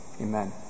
Amen